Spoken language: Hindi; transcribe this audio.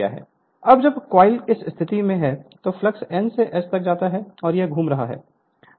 अब जब कॉइल इस स्थिति में है तो फ्लक्स N से S तक जाता है और यह घूम रहा है